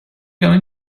going